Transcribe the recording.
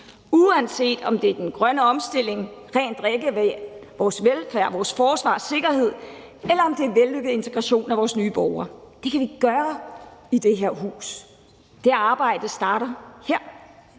uanset om det er den grønne omstilling, rent drikkevand, vores velfærd og vores forsvar og sikkerhed, eller om det er vellykket integration af vores nye borgere. Det kan vi gøre i det her hus. Det arbejde starter her,